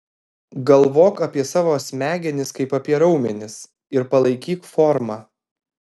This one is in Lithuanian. galvok apie savo smegenis kaip apie raumenis ir palaikyk formą